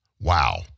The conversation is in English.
Wow